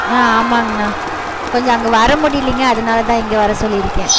ஆ ஆமாங்கண்ணா கொஞ்சம் அங்கே வர முடியலிங்க அதனால தான் இங்கே வரசொல்லியிருக்கேன்